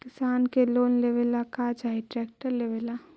किसान के लोन लेबे ला का चाही ट्रैक्टर लेबे ला?